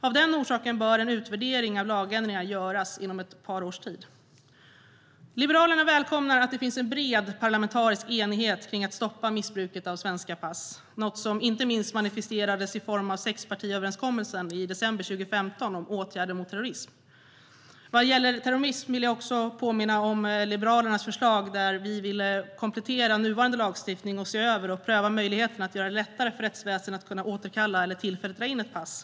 Av den orsaken bör en utvärdering av lagändringarna göras inom ett par års tid. Liberalerna välkomnar att det finns en bred parlamentarisk enighet kring att stoppa missbruket av svenska pass, något som inte minst manifesterades i form av sexpartiöverenskommelsen i december 2015 om åtgärder mot terrorism. Vad gäller terrorism vill jag också påminna om Liberalernas förslag där vi vill komplettera nuvarande lagstiftning och se över och pröva möjligheten att göra det lättare för rättsväsendet att kunna återkalla eller tillfälligt dra in ett pass.